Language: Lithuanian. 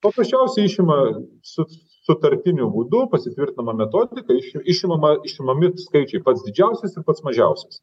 paprasčiausiai išima su sutartiniu būdu pasitvirtinama metodika iš išimama išimami skaičiai pats didžiausias ir pats mažiausias